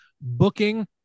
booking